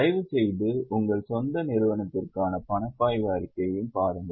தயவுசெய்து உங்கள் சொந்த நிறுவனத்திற்கான பணப்பாய்வு அறிக்கையையும் பாருங்கள்